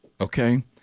Okay